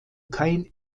kein